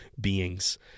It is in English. beings